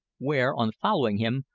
where, on following him,